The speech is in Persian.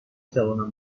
توانم